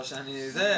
לא שאני זה,